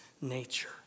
nature